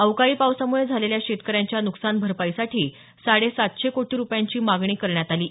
अवकाळी पावसामुळे झालेल्या शेतकऱ्यांच्या नुकसान भरपाईसाठी साडेसातशे कोटी रुपयांची मागणी करण्यात आली आहे